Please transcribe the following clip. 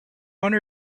one